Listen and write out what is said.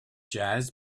jazz